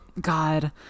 God